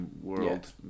world